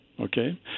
Okay